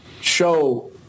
show